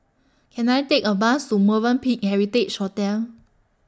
Can I Take A Bus to Movenpick Heritage Hotel